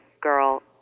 girl